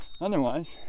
otherwise